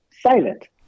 silent